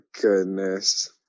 goodness